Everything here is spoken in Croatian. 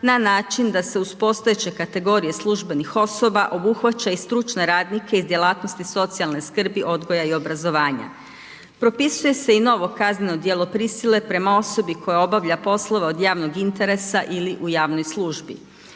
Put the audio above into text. na način da se uz postojeće kategorije službenih osoba obuhvaća i stručne radnike iz djelatnosti socijalne skrbi, odgoja i obrazovanja, propisuje se i novo kazneno djelo prisile prema osobi koja obavlja poslove od javnog interesa ili u javnoj službi.